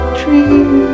dream